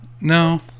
No